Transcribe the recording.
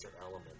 element